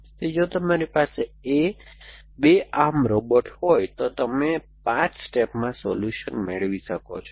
તેથી જો તમારી પાસે A 2 આર્મ રોબોટ હોય તો તમે 5 સ્ટેપમાં સોલ્યુશન મેળવી શકો છો